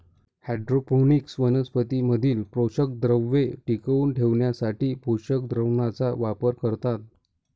hydroponics वनस्पतीं मधील पोषकद्रव्ये टिकवून ठेवण्यासाठी पोषक द्रावणाचा वापर करतात